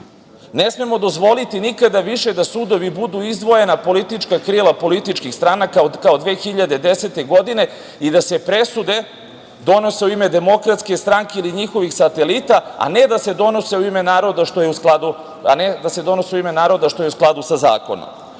smemo dozvoliti nikada više da sudovi budu izdvojena politička krila političkih stranaka kao 2010. godine i da se presude donose u ime Demokratske stranke ili njihovih satelita, a ne da se donose u ime naroda što je u skladu sa zakonom.